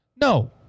No